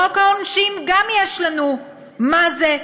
בחוק העונשין יש לנו גם מה זה: